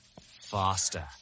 faster